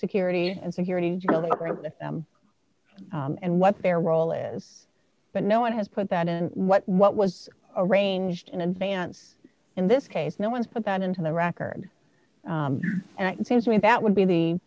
security and security of the government and what their role is but no one has put that in what what was arranged in advance in this case no one's put that into the record and seems to me that would be the